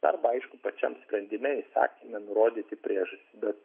arba aišku pačiam sprendime įsakyme nurodyti priežastį bet